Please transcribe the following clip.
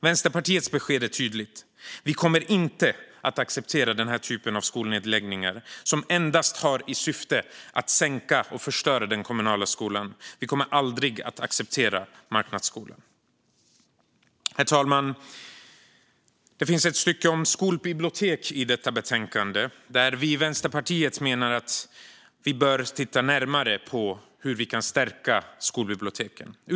Vänsterpartiets besked är tydligt: Vi kommer inte att acceptera den här typen av skolnedläggningar, som endast har till syfte att sänka och förstöra den kommunala skolan. Vi kommer aldrig att acceptera marknadsskolan. Herr talman! Det finns ett stycke om skolbibliotek i betänkandet, där vi i Vänsterpartiet menar att vi bör titta närmare på hur skolbiblioteken kan stärkas.